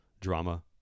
drama